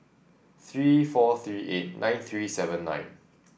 three four three eight nine three seven nine